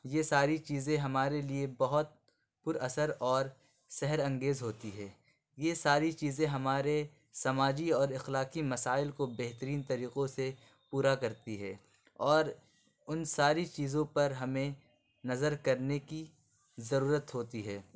یہ ساری چیزیں ہمارے لیے بہت پراثر اور سحر انگیز ہوتی ہے یہ ساری چیزیں ہمارے سماجی اور اخلاقی مسائل کو بہترین طریقوں سے پورا کرتی ہے اور ان ساری چیزوں پر ہمیں نظر کرنے کی ضرورت ہوتی ہے